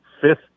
fifth